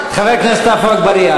חבר הכנסת עפו אגבאריה,